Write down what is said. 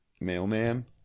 Mailman